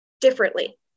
differently